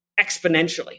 exponentially